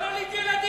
לא נוליד ילדים,